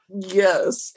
Yes